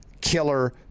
killer